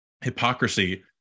hypocrisy